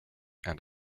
and